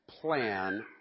plan